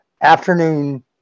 afternoon